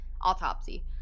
autopsy